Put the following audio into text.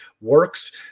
works